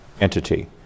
entity